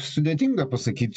sudėtinga pasakyt